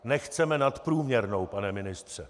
Nechceme nadprůměrnou, pane ministře.